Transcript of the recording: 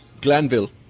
Glanville